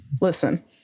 Listen